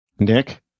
Nick